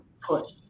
push